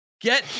Get